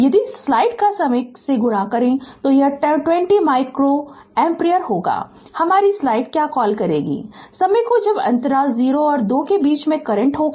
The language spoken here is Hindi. यदि स्लाइड का समय गुणा करें तो यह 20 माइक्रो एम्पीयर होगा हमारी स्लाइड क्या कॉल करेगी समय को जब अंतराल 0 और 2 के बीच में करंट होगा